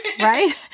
right